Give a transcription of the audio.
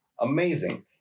Amazing